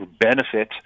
benefit